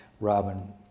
Robin